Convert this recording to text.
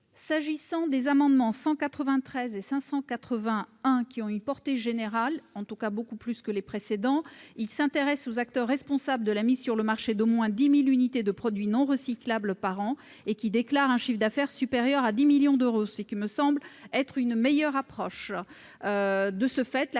S'agissant des amendements n 193 rectifié et 581 rectifié, qui ont une portée générale, en tout cas beaucoup plus large que celle des précédents amendements, ils visent les acteurs responsables de la mise sur le marché d'au moins 10 000 unités de produits non recyclables par an et qui déclarent un chiffre d'affaires supérieur à 10 millions d'euros, ce qui me semble une meilleure approche.